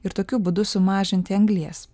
ir tokiu būdu sumažinti anglies